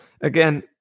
again